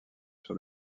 sur